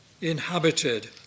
inhabited